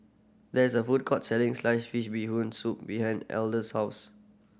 there is a food court selling sliced fish Bee Hoon Soup behind house